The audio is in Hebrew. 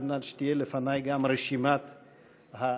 על מנת שתהיה לפני רשימת השואלים.